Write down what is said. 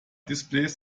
displays